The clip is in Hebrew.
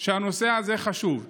שהנושא הזה חשוב להם: